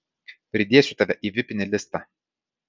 pridėsiu tave į vipinį listą